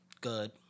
good